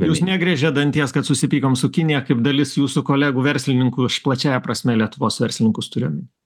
jūs negriežėt danties kad susipykom su kinija kaip dalis jūsų kolegų verslininkų plačiąja prasme lietuvos verslininkus turiu omeny